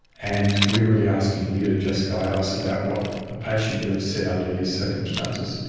and we are really asking you to just guide us about what the patient would have said under these circumstances,